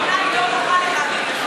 היא לא נוחה לך, אדוני השר.